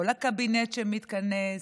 לא לקבינט שמתכנס,